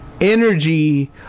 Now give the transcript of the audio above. energy